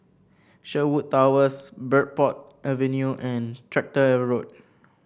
Sherwood Towers Bridport Avenue and Tractor Road